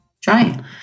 Trying